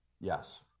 Yes